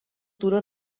turó